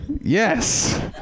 Yes